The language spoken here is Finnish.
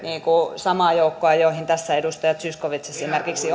samaa joukkoa johon tässä edustaja zyskowicz esimerkiksi